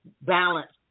balance